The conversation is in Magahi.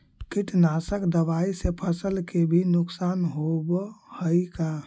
कीटनाशक दबाइ से फसल के भी नुकसान होब हई का?